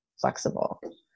flexible